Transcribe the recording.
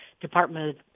Department